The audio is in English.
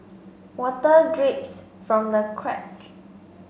water drips from the cracks